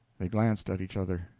they glanced at each other.